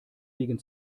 liegen